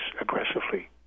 aggressively